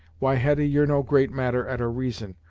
why, hetty, you're no great matter at a reason,